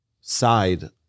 side